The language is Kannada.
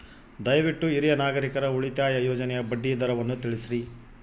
ದಯವಿಟ್ಟು ಹಿರಿಯ ನಾಗರಿಕರ ಉಳಿತಾಯ ಯೋಜನೆಯ ಬಡ್ಡಿ ದರವನ್ನು ತಿಳಿಸ್ರಿ